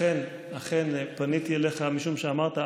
אכן פניתי אליך משום שאמרת,